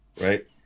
right